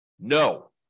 no